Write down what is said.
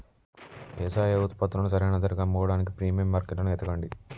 యవసాయ ఉత్పత్తులను సరైన ధరకి అమ్ముకోడానికి ప్రీమియం మార్కెట్లను ఎతకండి